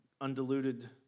undiluted